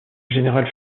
général